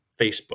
Facebook